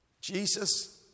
Jesus